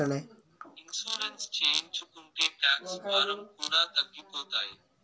insurance చేయించుకుంటే tax భారం కూడా తగ్గిపోతాయి